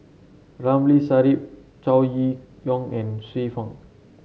Ramli Sarip Chow Ye Yong and Xiu Fang